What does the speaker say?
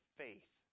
faith